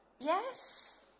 yes